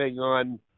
on